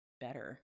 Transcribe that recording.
better